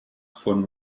von